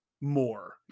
more